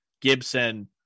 Gibson